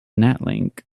natlink